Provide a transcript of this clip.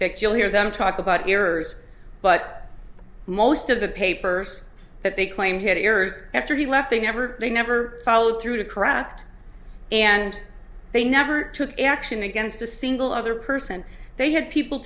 that you'll hear them talk about years but most of the papers that they claim he had errors after he left they never they never followed through to correct and they never took action against a single other person they had people